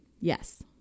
Yes